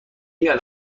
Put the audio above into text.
میاد